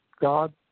God